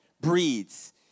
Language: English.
breeds